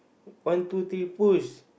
one two three push